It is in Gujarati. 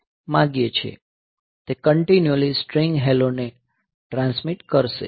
આપણે આવું ઇચ્છીએ છીએ અને તે આપણે કંટીન્યુલી કરવા માંગીએ છીએ તે કંટીન્યુલી સ્ટ્રીંગ હેલોને ટ્રાન્સમીટ કરશે